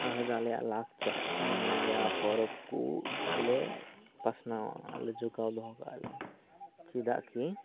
ᱟᱞᱮ ᱫᱚ ᱟᱞᱮᱭᱟᱜ ᱞᱟᱠᱪᱟᱨ ᱢᱟᱱᱮ ᱟᱞᱮᱭᱟᱜ ᱯᱚᱨᱚᱵᱽ ᱠᱚ ᱵᱟᱞᱮ ᱯᱟᱥᱱᱟᱣᱟ ᱟᱞᱮ ᱡᱚᱜᱟᱣ ᱫᱚᱦᱚ ᱠᱟᱜ ᱟᱞᱮ ᱪᱮᱫᱟᱜ ᱠᱤ